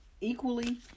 equally